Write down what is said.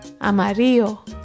Amarillo